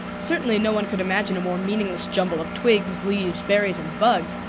certainly no one could imagine a more meaningless jumble of twigs, leaves, berries, and bugs.